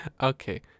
Okay